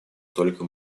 только